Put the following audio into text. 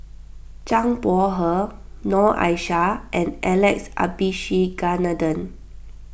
Zhang Bohe Noor Aishah and Alex Abisheganaden